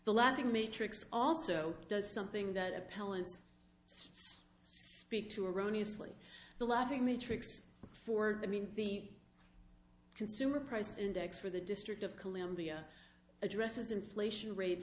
the laughing matrix also does something that appellant's speak to erroneous like the laughing matrix for i mean the consumer price index for the district of columbia addresses inflation rate